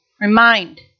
Remind